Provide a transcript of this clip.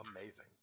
amazing